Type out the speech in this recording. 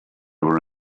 were